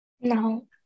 No